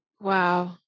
Wow